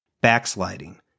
Backsliding